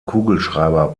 kugelschreiber